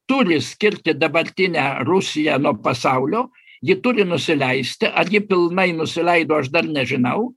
turi skirti dabartinę rusiją nuo pasaulio ji turi nusileisti ar ji pilnai nusileido aš dar nežinau